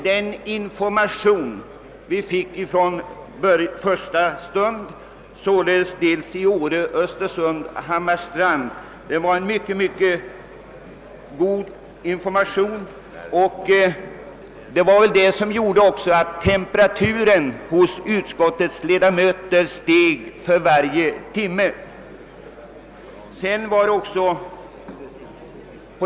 De informationer vi fick där redan från första stund — således i Åre, i Östersund och i Hammarstrand — var mycket goda, och detta bidrog säkert till att temperaturen hos utskottets ledamöter steg för varje timme.